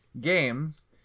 games